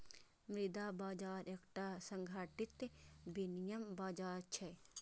मुद्रा बाजार एकटा संगठित विनियम बाजार छियै